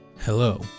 Hello